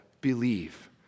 believe